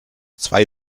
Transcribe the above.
zwei